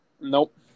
Nope